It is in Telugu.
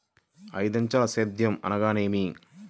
ఐదంచెల సేద్యం అనగా నేమి?